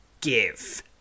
Give